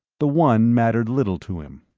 the one mattered little to him.